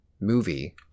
movie